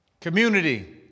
Community